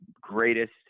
greatest